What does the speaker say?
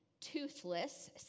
toothless